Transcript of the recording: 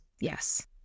Yes